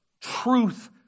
truth